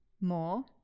More